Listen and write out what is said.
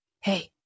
hey